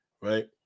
right